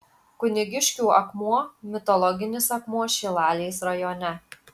kunigiškių akmuo mitologinis akmuo šilalės rajone